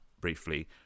briefly